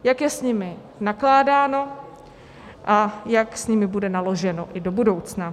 Jak je s nimi nakládáno a jak s nimi bude naloženo i do budoucna.